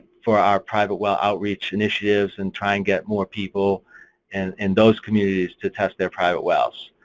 for our private well outreach initiatives and try and get more people and in those communities to test their private wells.